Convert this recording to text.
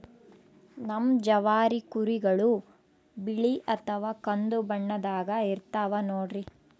ನಮ್ ಜವಾರಿ ಕುರಿಗಳು ಬಿಳಿ ಅಥವಾ ಕಂದು ಬಣ್ಣದಾಗ ಇರ್ತವ ನೋಡ್ರಿ